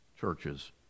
churches